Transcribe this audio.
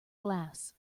glass